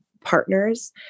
partners